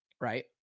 right